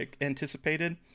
anticipated